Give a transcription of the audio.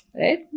Right